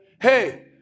Hey